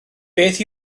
beth